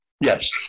Yes